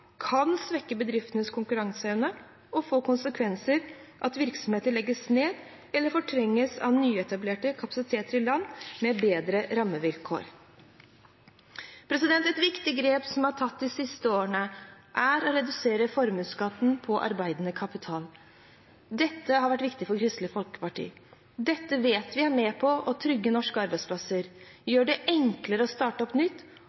kan svekke bedriftenes konkurranseevne og få konsekvenser som at virksomheter legges ned, eller fortrenges av nyetablerte kapasiteter i land med bedre rammevilkår. Et viktig grep som er tatt de siste årene, er å redusere formuesskatten på arbeidende kapital. Dette har vært viktig for Kristelig Folkeparti. Dette vet vi er med på å trygge norske arbeidsplasser, gjøre det enklere å starte opp nytt